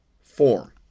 form